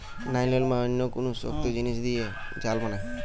nylon বা অন্য কুনু শক্ত জিনিস দিয়ে জাল বানায়